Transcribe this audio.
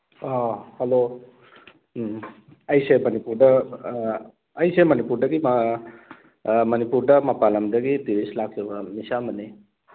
hello ꯑꯩꯁꯦ ꯃꯅꯤꯄꯨꯔꯗ ꯑꯩꯁꯦ ꯃꯅꯤꯄꯨꯔꯗꯒꯤ ꯃꯅꯤꯄꯨꯔꯗ ꯃꯄꯥꯟꯂꯝꯗꯒꯤ ꯇꯨꯔꯤꯁ ꯂꯥꯛꯆꯕ ꯃꯤꯁꯛ ꯑꯃꯅꯤ